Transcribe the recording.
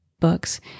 books